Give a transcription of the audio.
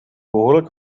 behoorlijk